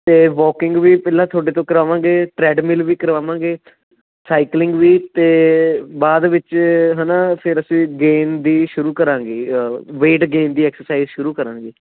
ਅਤੇ ਵੋਕਿੰਗ ਵੀ ਪਹਿਲਾਂ ਤੁਹਾਡੇ ਤੋਂ ਕਰਾਵਾਂਗੇ ਟਰੈਡ ਮਿਲ ਵੀ ਕਰਵਾਵਾਂਗੇ ਸਾਈਕਲਿੰਗ ਵੀ ਅਤੇ ਬਾਅਦ ਵਿੱਚ ਹੈ ਨਾ ਫੇਰ ਅਸੀਂ ਗੇਮ ਵੀ ਸ਼ੁਰੂ ਕਰਾਂਗੇ ਵੇਟ ਗ਼ੈਨ ਦੀ ਐਕਸਰਸਾਈਜ਼ ਸ਼ੁਰੂ ਕਰਾਂਗੇ